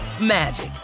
magic